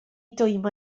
dwymo